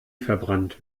verbrannt